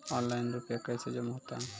Online रुपये कैसे जमा होता हैं?